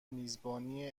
میزبانی